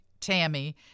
Tammy